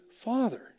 father